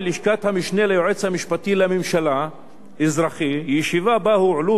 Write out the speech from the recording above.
בלשכת המשנה ליועץ המשפטי לממשלה (אזרחי) ישיבה שבה הועלו